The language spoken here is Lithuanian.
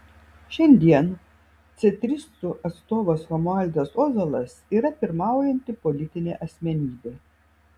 šiandien centristų atstovas romualdas ozolas yra pirmaujanti politinė asmenybė